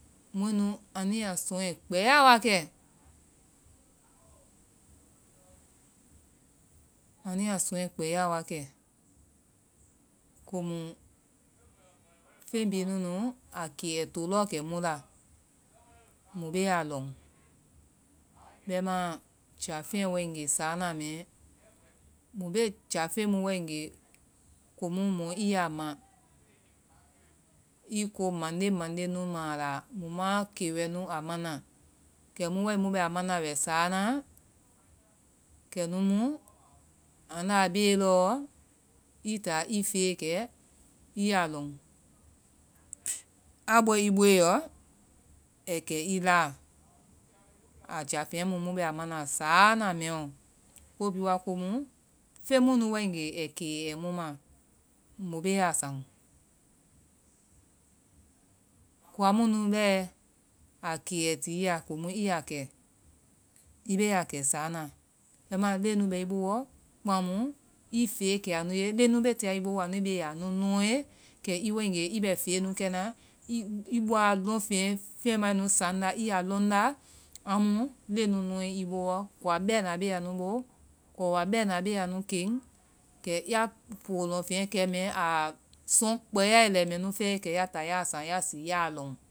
Mɔɛ nu anu yaa suɔɛ kpɛyaa wakɛ, anu yaa suɔɛ kpɛyaa, komu feŋ bhii nunu a kee ai to lɔɔ kɛ mu la, mu bee a lɔŋ. Bɛmaa jafeŋɛ waegee saana mɛɛ, mu bee jafeŋ mu waegee kɛmu i ya ma i ko mande mande nu ma a la mu ma kee wɛ nu a mana, kɛmu wae mu bɛ a mana wɛ sáana, kɛnu mu anda a bee lɔɔ, i táa i feekɛ i ya lɔŋ, a bɔe i booeyɔ ai kɛ i laa, a jafeŋɛ mu mu bɛ a mana saana mɛɛɔ, ko bhii wa komu feŋ mu nu waegee i kee yɛ mu ma, mu bee a saŋ, kowa mu nu bɛɛ a kee ɛi ti i ya komu i yaa kɛ, i bee a kɛ saana, bɛma leŋɛ nu bɛ i boowɔ, kpaŋmu i feekɛ anu ye, leŋɛ nu bee tia i boowɔ ani beeya anu nɔee, kɛ i waegee i bɛ fee nu kɛna, i bɔa lɔŋɛ fɛmae nu saŋnda i yaa lɔŋnda, amu leŋ nɔe i boowɔ, kowa bɛna bee anu boo, kɔwa bɛna bee anu keŋ, kɛ ya poo lɔŋfeŋɛ kɛ mɛ aa suɔ kpɛɛ yaae lɛimɛ nu fɛɛe kɛ ya táa ya a saŋ yaa lɔŋ.